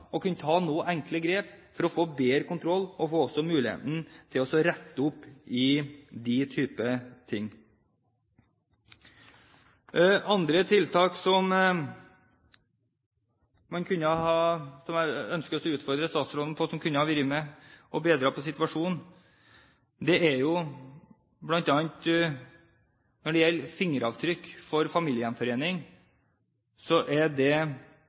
å kunne ta noen enkle grep for å få bedre kontroll og få muligheten til å rette opp i den typen ting? Andre tiltak som man kunne ha ønsket å utfordre statsråden på, og som kunne vært med og bedret situasjonen, dreier seg om fingeravtrykk. For familiegjenforening er det